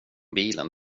bilen